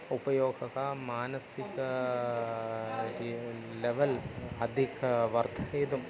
उपयोगः मानसिक इति लेवल् अधिकं वर्धयितुम्